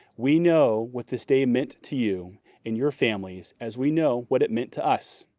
we know what this day meant to you and your families as we know what it meant to us.